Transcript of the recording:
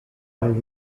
world